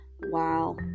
Wow